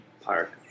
Park